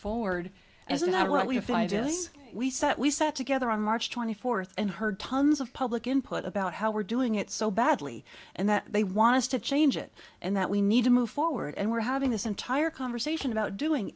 what we have we set we said together on march twenty fourth and heard tons of public input about how we're doing it so badly and that they want us to change it and that we need to move forward and we're having this entire conversation about doing